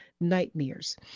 nightmares